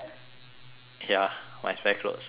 ya my spare clothes and um